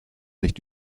nicht